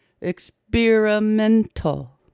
experimental